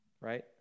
Right